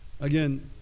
Again